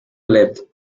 lived